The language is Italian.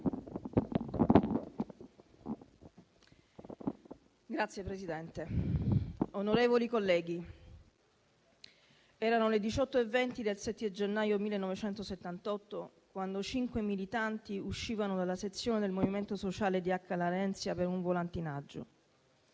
Signor Presidente, onorevoli colleghi, erano le 18,20 del 7 gennaio 1978 quando cinque militanti uscivano dalla sezione del Movimento sociale di Acca Larenzia per un volantinaggio.